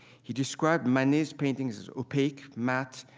he described manet paintings as opaque, matte,